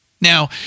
Now